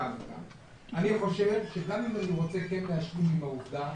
אני חושב שגם אם אני רוצה להשלים עם העובדה